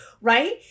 Right